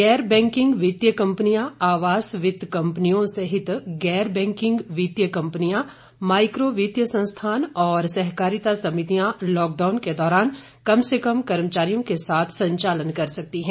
गैर बैंकिंग वित्तीय कंपनियां आवास वित्त कंपनियों सहित गैर बैंकिंग वित्तीय कंपनियां माइक्रो वित्तीय संस्थान और सहकारिता समितियां लॉकडाउन के दौरान कम से कम कर्मचारियों के साथ संचालन कर सकती हैं